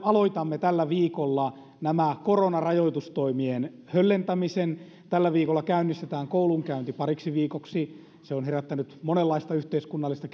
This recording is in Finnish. aloitamme tällä viikolla tämän koronarajoitustoimien höllentämisen tällä viikolla käynnistetään koulunkäynti pariksi viikoksi se on herättänyt monenlaista yhteiskunnallista